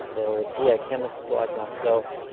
there were geochemists like myself,